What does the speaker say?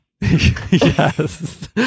Yes